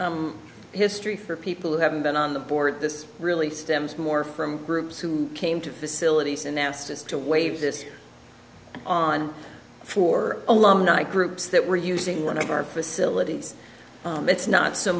the history for people who haven't been on the board this really stems more from groups who came to facilities and that's just to wave this on for a long night groups that were using one of our facilities it's not so